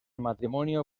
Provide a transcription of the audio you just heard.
matrimonio